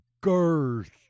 Girth